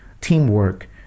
teamwork